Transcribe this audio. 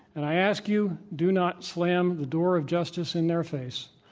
and i ask you, do not slam the door of justice in their face.